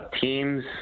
teams